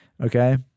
Okay